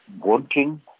wanting